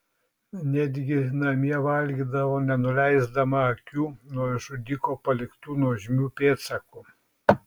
netgi namie valgydavo nenuleisdama akių nuo žudiko paliktų nuožmių pėdsakų